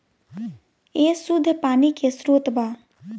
ए शुद्ध पानी के स्रोत बा